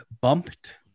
bumped